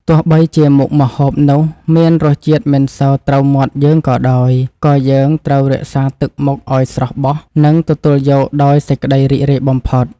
ទោះបីជាមុខម្ហូបនោះមានរសជាតិមិនសូវត្រូវមាត់យើងក៏ដោយ ក៏យើងត្រូវរក្សាទឹកមុខឱ្យស្រស់បោះ និងទទួលយកដោយសេចក្តីរីករាយបំផុត។